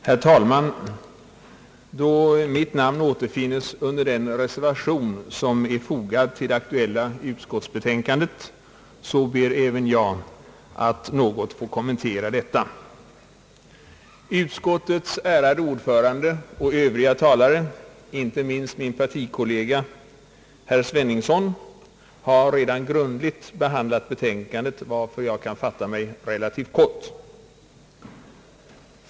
Herr talman! Då mitt namn återfinns under den reservation, som är fogad till det aktuella utskottsbetänkandet, ber även jag att något få kommentera detta. Utskottets ärade ordförande och övriga talare, inte minst min partikollega herr Sveningsson, har redan grundligt behandlat betänkandet, varför jag kan fatta mig relativt kort.